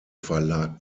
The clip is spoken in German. verlag